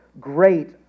great